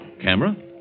Camera